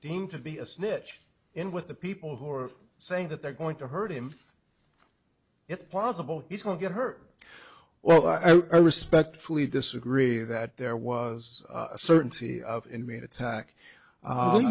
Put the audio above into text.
deemed to be a snitch in with the people who are saying that they're going to hurt him it's possible he's going to get hurt well i respectfully disagree that there was a certainty of inmate attack